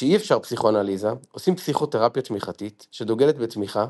כשאי אפשר פסיכואנליזה עושים פסיכותרפיה תמיכתית שדוגלת בתמיכה,